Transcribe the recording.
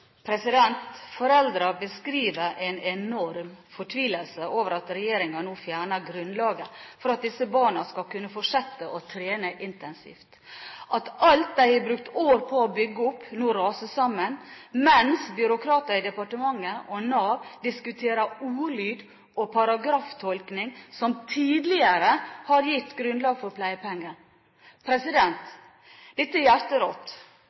beskriver en enorm fortvilelse over at regjeringen nå fjerner grunnlaget for at disse barna skal kunne fortsette å trene intensivt, at alt de har brukt år på å bygge opp, nå raser sammen, mens byråkrater i departementet og Nav diskuterer ordlyd og paragraftolking som tidligere har gitt grunnlag for pleiepenger. Dette er hjerterått.